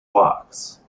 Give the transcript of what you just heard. quarks